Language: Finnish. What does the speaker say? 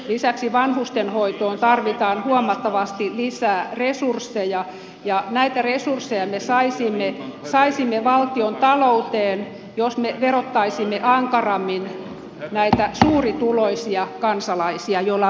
lisäksi vanhustenhoitoon tarvitaan huomattavasti lisää resursseja ja näitä resursseja me saisimme valtiontalouteen jos me verottaisimme ankarammin näitä suurituloisia kansalaisia joilla on veronmaksukykyä